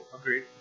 Agreed